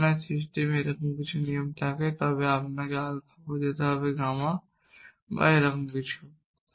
যদি আপনার সিস্টেমে এমন একটি নিয়ম থাকে তবে আপনাকে আলফা বোঝাতে হবে গামা বা এরকম কিছু